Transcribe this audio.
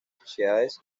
sociedades